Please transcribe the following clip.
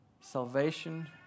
salvation